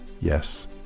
yes